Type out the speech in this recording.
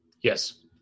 Yes